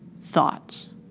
thoughts